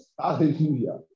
Hallelujah